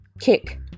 Kick